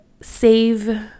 save